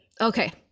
okay